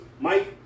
Mike